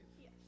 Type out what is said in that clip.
Yes